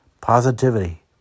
positivity